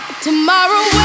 Tomorrow